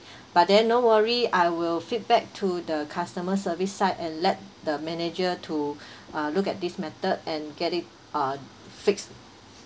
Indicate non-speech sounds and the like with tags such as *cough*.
but then no worry I will feedback to the customer service side and let the manager to *breath* uh look at this matter and get it uh fixed